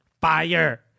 fire